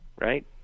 right